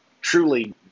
truly